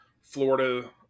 Florida